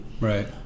Right